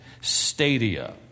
stadia